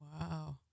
wow